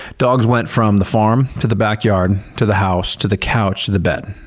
dogs went from the farm, to the backyard, to the house, to the couch, to the bed.